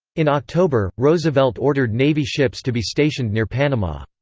in october, roosevelt ordered navy ships to be stationed near panama.